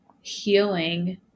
healing